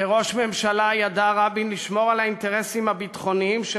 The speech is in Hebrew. כראש ממשלה ידע רבין לשמור על האינטרסים הביטחוניים של